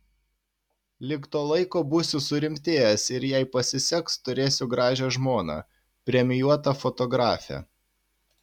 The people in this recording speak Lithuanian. lig to laiko būsiu surimtėjęs ir jei pasiseks turėsiu gražią žmoną premijuotą fotografę